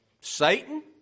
Satan